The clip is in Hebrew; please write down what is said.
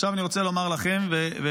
עכשיו אני רוצה לומר לכם ולך,